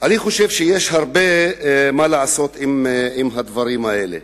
אני חושב שיש הרבה מה לעשות עם הדברים האלה.